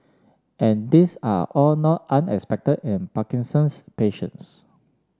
and these are all not unexpected in Parkinson's patients